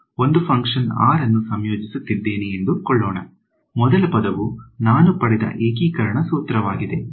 ನಾನು ಒಂದು function r ಅನ್ನು ಸಂಯೋಜಿಸುತ್ತಿದ್ದೇನೆ ಎಂದು ಕೊಳ್ಳೋಣ ಮೊದಲ ಪದವು ನಾನು ಪಡೆದ ಏಕೀಕರಣ ಸೂತ್ರವಾಗಿದೆ